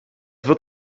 wird